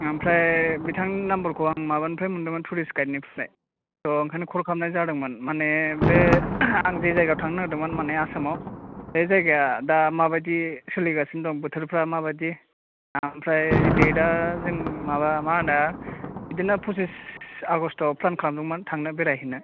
ओमफ्राय बिथांनि नाम्बार खौ आं माबानिफ्राय मोन्दोंमोन टुरिस्ट गाइड निफ्राय त' बेनिखायनो कल खालामनाय जादोंमोन माने बे आं जे जायगायाव थांनो नागिरदोंमोन माने आसामाव बे जायगाया दा माबायदि सोलिगासिनो दं बोथोरफोरा माबायदि ओमफ्राय डेट आ जों माबा मा होनो बिदिनो पसिस आगष्ट'आव प्लेन खालामदोंमोन थांनो बेरायहैनो